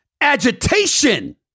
agitation